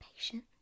patient